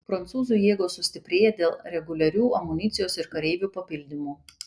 prancūzų jėgos sustiprėja dėl reguliarių amunicijos ir kareivių papildymų